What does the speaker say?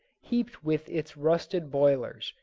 heaped with its rusted boilers,